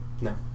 No